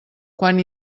quan